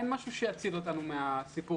אין משהו שיציל אותנו מהסיפור.